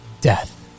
Death